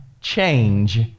Change